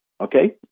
Okay